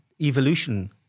evolution